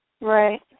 Right